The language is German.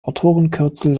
autorenkürzel